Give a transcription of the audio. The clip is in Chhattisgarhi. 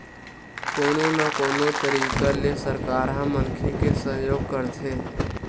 कोनो न कोनो तरिका ले सरकार ह मनखे के सहयोग करथे